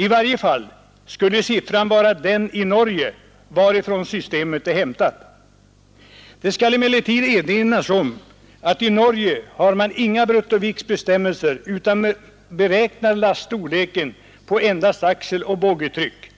I varje fall skulle siffran vara den i Norge, varifrån systemet är hämtat. Det skall emellertid erinras om att i Norge har man inga bruttoviktsbestämmelser, utan beräknar laststorleken på endast axeloch boggietryck.